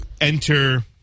enter